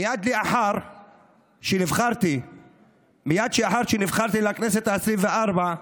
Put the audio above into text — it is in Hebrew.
מייד לאחר שנבחרתי לכנסת העשרים-וארבע,